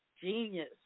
Genius